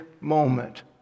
moment